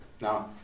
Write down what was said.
Now